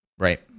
Right